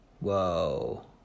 Whoa